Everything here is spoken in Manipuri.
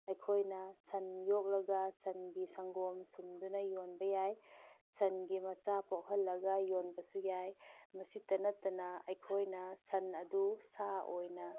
ꯑꯩꯈꯣꯏꯅ ꯁꯟ ꯌꯣꯛꯂꯒ ꯁꯟꯒꯤ ꯁꯪꯒꯣꯝ ꯁꯨꯝꯗꯨꯅ ꯌꯣꯟꯕ ꯌꯥꯏ ꯁꯟꯒꯤ ꯃꯆꯥ ꯄꯣꯛꯍꯜꯂꯒ ꯌꯣꯟꯕꯁꯨ ꯌꯥꯏ ꯃꯁꯤꯇ ꯅꯠꯇꯅ ꯑꯩꯈꯣꯏꯅ ꯁꯟ ꯑꯗꯨ ꯁꯥ ꯑꯣꯏꯅ